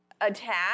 attack